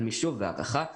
על מישוב והערכה ותכל'ס,